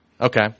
Okay